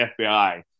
FBI